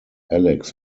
alex